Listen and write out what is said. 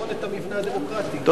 המבנה הדמוקרטי בחברון,